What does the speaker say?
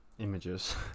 Images